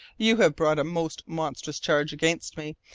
you have brought a most monstrous charge against me,